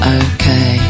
okay